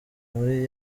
muri